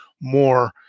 more